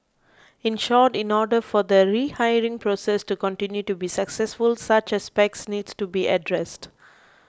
in short in order for the rehiring process to continue to be successful such aspects needs to be addressed